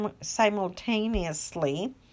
simultaneously